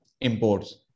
imports